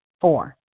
Four